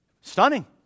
stunning